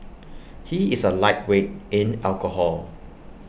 he is A lightweight in alcohol